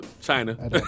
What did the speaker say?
China